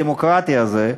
הדמוקרטי הזה,